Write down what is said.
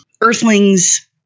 earthlings